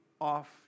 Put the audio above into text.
off